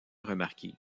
remarqué